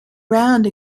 round